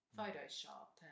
Photoshop